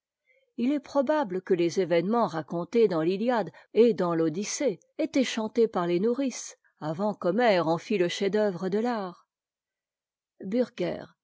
il est probable que les événements racontés dans l'iliade et dans l'odyssée étaient chantés par les nourrices avant qu'homère en fît le chef-d'œuvre de l'art bürger